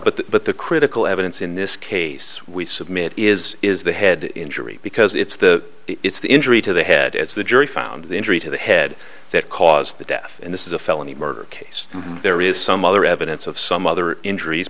but but the critical evidence in this case we submit is is the head injury because it's the it's the injury to the head as the jury found the injury to the head that caused the death and this is a felony murder case there is some other evidence of some other injuries